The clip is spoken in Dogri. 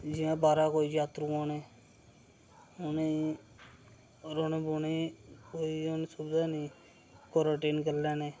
जियां बाह्रा कोई जात्रू औने उ'नेंगी रौह्ने बौह्ने दी कोई उ'नें सुविधा नेईं क्वारंटाइन करी लैन्ने